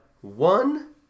one